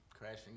crashing